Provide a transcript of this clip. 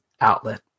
outlet